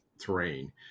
terrain